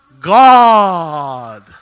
God